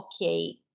okay